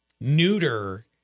neuter